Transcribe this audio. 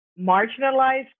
marginalized